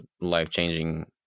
life-changing